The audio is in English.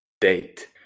date